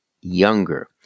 younger